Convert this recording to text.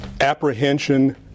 apprehension